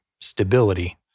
stability